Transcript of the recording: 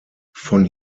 von